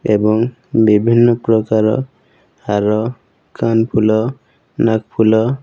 ଏବଂ ବିଭିନ୍ନପ୍ରକାର ହାର କାନଫୁଲ ନାକଫୁଲ